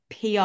pr